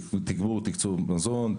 תגבור תקצוב מזון,